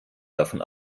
davon